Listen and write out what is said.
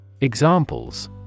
Examples